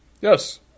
Yes